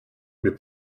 mais